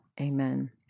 Amen